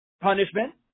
punishment